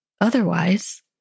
Otherwise